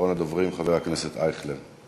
אחרון הדוברים, חבר הכנסת אייכלר.